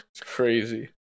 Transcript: crazy